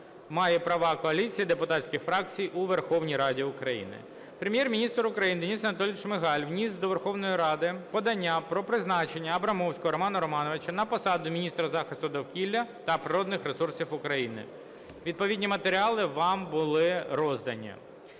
має права коаліції депутатських фракцій у Верховній Раді України. Прем'єр-міністр України Денис Анатолійович Шмигаль вніс до Верховної Ради подання про призначення Абрамовського Романа Романовича на посаду міністра захисту довкілля та природних ресурсів України, відповідні матеріали вам були роздані.